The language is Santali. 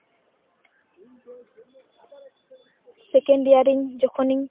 ᱥᱮᱠᱮᱱᱰᱤᱭᱟᱨ ᱨᱤᱧ ᱡᱚᱠᱷᱚᱱᱤᱧ